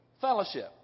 fellowship